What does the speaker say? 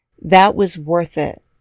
that-was-worth-it